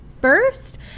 first